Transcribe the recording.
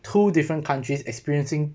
two different countries experiencing